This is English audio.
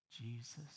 Jesus